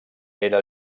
era